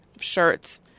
shirts